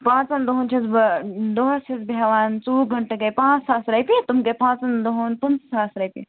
پانٛژن دۄہن چھَس بہٕ دۄہس چھَس بہٕ ہٮ۪وان ژوٚوُہ گنٛٹہٕ گٔے پانٛژ ساس رۄپیہِ تِم گٔے پانٛژن دۄہن پٕنٛژٕہ ساس رۄپیہِ